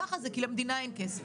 ככה זה, כי למדינה אין כסף.